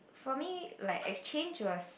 for me like exchange was